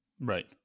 Right